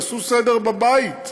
תעשו סדר בבית.